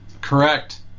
correct